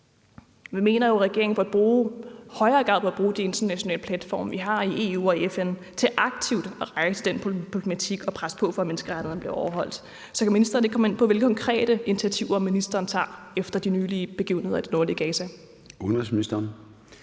Vi mener jo, at regeringen i højere grad bør bruge de internationale platforme, vi har i EU og FN, til aktivt at rejse den problematik og presse på for, at menneskerettighederne bliver overholdt. Så kan ministeren ikke komme ind på, hvilke konkrete initiativer ministeren tager efter de nylige begivenheder i det nordlige Gaza? Kl.